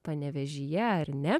panevėžyje ar ne